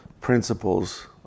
principles